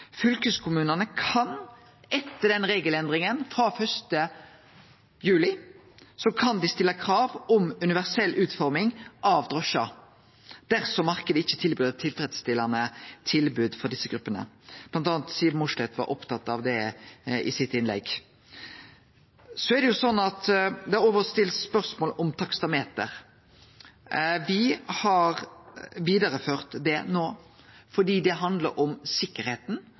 Fylkeskommunane kan etter regelendringa frå 1. juli stille krav om universell utforming av drosjar dersom marknaden ikkje tilbyr eit tilfredsstillande tilbod for desse gruppene. Blant anna Siv Mossleth var opptatt av det i innlegget sitt. Det har òg blitt stilt spørsmål om taksameter. Me har vidareført det no, for det handlar om sikkerheita,